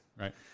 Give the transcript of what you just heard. right